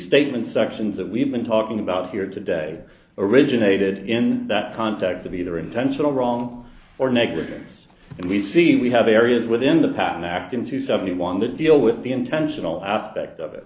restatement sections that we've been talking about here today originated in that context of either intentional wrong or negligence and we see we have areas within the pattern acting to seventy one to deal with the intentional aspect of it